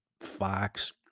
Fox